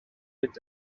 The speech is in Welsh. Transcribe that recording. mynd